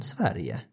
Sverige